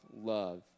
love